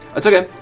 it's okay.